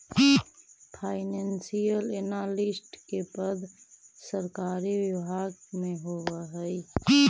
financial analyst के पद सरकारी विभाग में होवऽ हइ